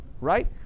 right